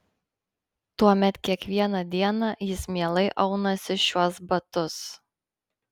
tuomet kiekvieną dieną jis mielai aunasi šiuos batus